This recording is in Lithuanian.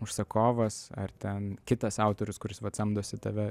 užsakovas ar ten kitas autorius kuris vat samdosi tave